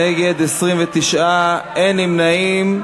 נגד, 29, אין נמנעים.